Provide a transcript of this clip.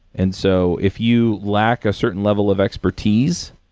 and so, if you lack a certain level of expertise,